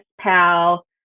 pal